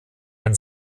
ein